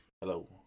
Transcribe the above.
Hello